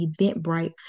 Eventbrite